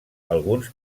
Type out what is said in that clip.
alguns